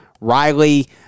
Riley